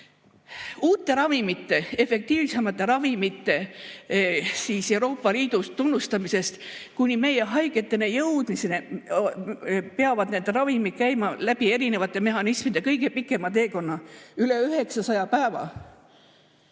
Uute ja efektiivsemate ravimite Euroopa Liidus tunnustamisest kuni meie haigeteni jõudmiseni peavad need ravimid käima läbi erinevate mehhanismide kõige pikema teekonna, üle 900 päeva.